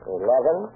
eleven